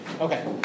Okay